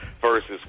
versus